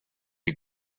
you